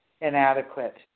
inadequate